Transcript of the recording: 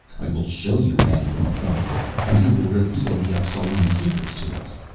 i will show you, man from a far world, and you will reveal the appsalan secrets to us.